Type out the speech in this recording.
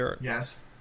Yes